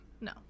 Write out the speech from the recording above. No